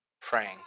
praying